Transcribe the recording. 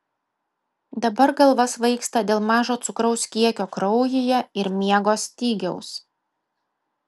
dabar galva svaigsta dėl mažo cukraus kiekio kraujyje ir miego stygiaus